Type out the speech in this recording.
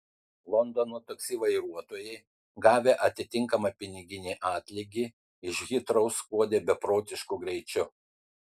londono taksi vairuotojai gavę atitinkamą piniginį atlygį iš hitrou skuodė beprotišku greičiu